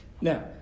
now